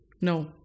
No